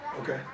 Okay